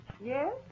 Yes